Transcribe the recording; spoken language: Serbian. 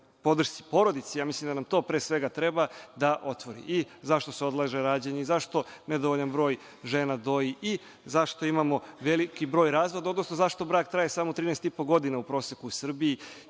podršci porodici, mislim da nam to pre svega treba, da otvori i zašto se odlaže rađanje i zašto nedovoljan broj žena doji i zašto imamo veliki broj razvoda, odnosno zašto brak traje samo 13,5 godinu u proseku u Srbiji